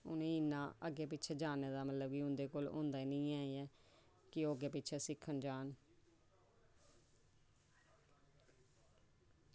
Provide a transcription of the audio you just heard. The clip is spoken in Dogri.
मीं इन्ना इक दुए कोल उं'दा जाने दा ओह् होंदा निं ऐ कि ओह् अग्गें पिच्छे सिक्खन जा्ह्न